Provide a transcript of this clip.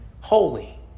holy